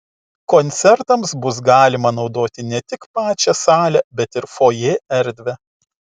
koncertams bus galima naudoti ne tik pačią salę bet ir fojė erdvę